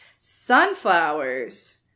Sunflowers